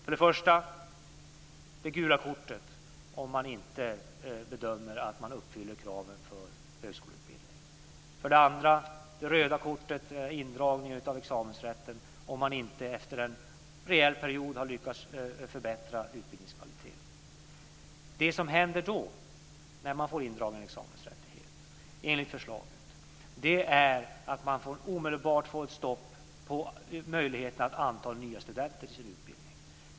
För det första det gula kortet om det bedöms att man inte uppfyller kraven för högskoleutbildning. För det andra det röda kortet som innebär indragning av examensrätten om man inte efter en rejäl period har lyckats förbättra utbildningskvaliteten. Det som händer då, när examensrätten dras in, är enligt förslaget att man omedelbart får ett stopp för möjligheten att anta nya studenter till sin utbildning.